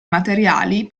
materiali